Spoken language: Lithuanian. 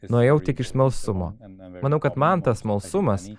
nuėjau tik iš smalsumo manau kad man tas smalsumas